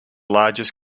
largest